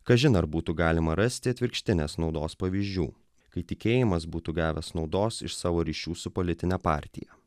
kažin ar būtų galima rasti atvirkštinės naudos pavyzdžių kai tikėjimas būtų gavęs naudos iš savo ryšių su politine partija